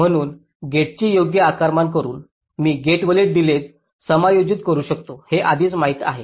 म्हणून गेट्सचे योग्य आकारमान करून मी गेटवरील डिलेज समायोजित करू शकतो हे आधीच माहित आहे